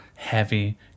heavy